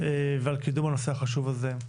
ועל קידום הנושא החשוב הזה.